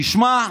תשמע,